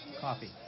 coffee